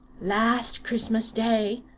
last christmas-day,